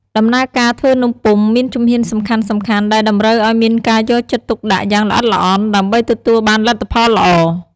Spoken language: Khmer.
ដំណើរការធ្វើនំពុម្ពមានជំហានសំខាន់ៗ ដែលតម្រូវឱ្យមានការយកចិត្តទុកដាក់យ៉ាងល្អិតល្អន់ ដើម្បីទទួលបានលទ្ធផលល្អ។